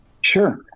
Sure